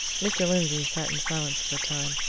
mr. lindsey sat in silence for a time,